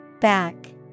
Back